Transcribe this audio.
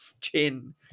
chin